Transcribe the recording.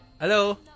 Hello